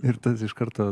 ir tas iš karto